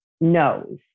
knows